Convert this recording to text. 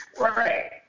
Right